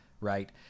right